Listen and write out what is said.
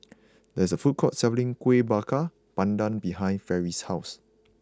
there is a food court selling Kueh Bakar Pandan behind Fairy's house